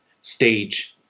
stage